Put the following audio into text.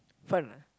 fun or not ah